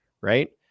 right